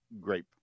grape